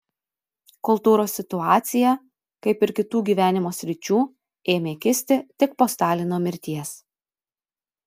kultūros situacija kaip ir kitų gyvenimo sričių ėmė kisti tik po stalino mirties